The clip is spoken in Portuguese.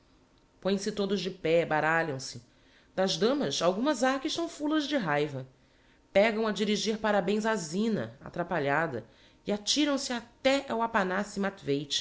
põem-se todos de pé baralham se das damas algumas ha que estão fulas de raiva pegam a dirigir parabens á zina atrapalhada e atiram se até ao